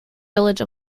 village